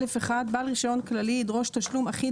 (א1) בעל רישיון כללי ידרוש תשלום אחיד